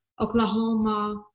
Oklahoma